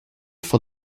for